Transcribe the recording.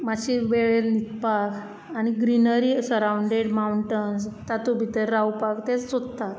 मातशे वेळेर न्हिदपाक आनी ग्रीनरी सराउंडेड माउंटन्स तातूत भितर रावपाक ते सोदतात